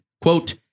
Quote